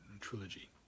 trilogy